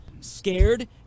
scared